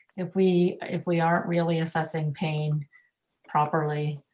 if we if we aren't really assessing pain properly,